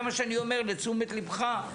זה מה שאני אומר לתשומת ליבך,